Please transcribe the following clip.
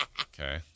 Okay